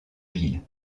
ville